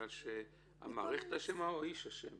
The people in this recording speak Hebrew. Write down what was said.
בגלל שהמערכת אשמה או בגלל שהאיש אשם?